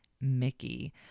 Mickey